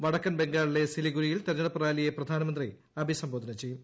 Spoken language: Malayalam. വടക്കൻ ബംഗാളിലെ സിലിഗുരിയിൽ തെരഞ്ഞെടുപ്പ് റാലിയെ പ്രധാനമന്ത്രി അഭിസംബോധന ചെയ്യും